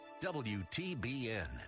wtbn